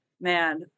man